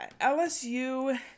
LSU